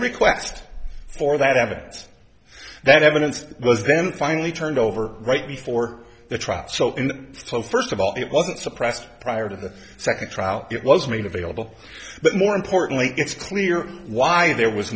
request for that evidence that evidence was then finally turned over right before the trial so so first of all it wasn't suppressed prior to the second trial it was made available but more importantly it's clear why there was